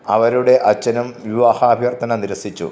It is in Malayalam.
അവരുടെ അച്ഛനും വിവാഹാഭ്യർത്ഥന നിരസിച്ചു